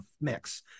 mix